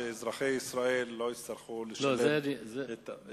שאזרחי ישראל לא יצטרכו לשלם את המע"מ.